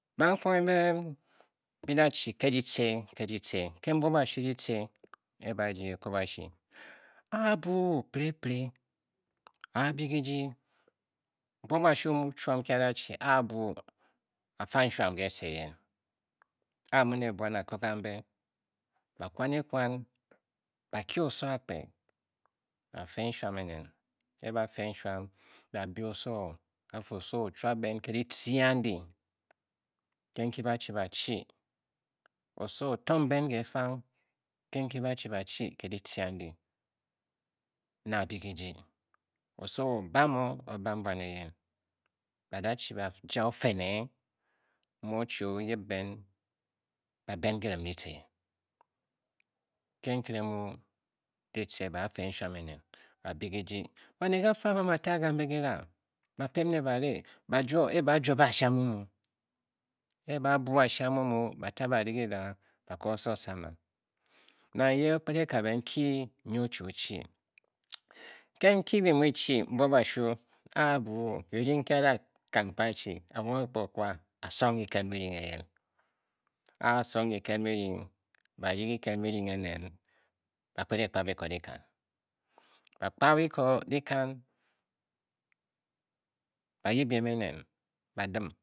Ba fu bi da chi ke dit ce ke ditce ke mbuob kashwu kitce, ke-e ba rdye ekubashi a a buu pire pire a a bii kijiimbuob kashu chuom nkyi a da chi a fa nshuam ke se eyen a-a mu ne buan a ko kambe ba kwan ekwan, ba kye oso akpe ba fe nshuan ene e-e ba fe nshuam, ba bi oso, ba fu oso o-chuab ben ke ditce andi ke nkyi ba chi bachi oso otong ben kr fang ke nki ba chi ba chi ke ditce andi na a bii kijii, oso o ban o, o ban bwan eyen ba da chi ba ja ofene e mu ochi o yip ben, ba been kirim ditce ke nkere kitce ba fe nshuam enen ba bii kijii, baned kafa kibam ba taa kambe kira, ba pem nr ba rii ba juo ee ba jwobe a shi a mu-muu e e ba buu ashi amumuu ba ta bari kira ba ko odo sama, nang ye o kped e-kabe nkyi nyi o chi o chi ke nki bi mu byi chiyi mbuob kashu a a buu ki rdying nki a da kan kpa achi a wunghe kpa okwa a song kiken birdying eyen, a a song kiicen birdying, ba rdyi kiken birdying enen ba kped ekpa biko dikan, ba kpa bikp dikan ba yip biem enen ba dim